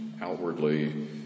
outwardly